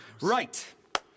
Right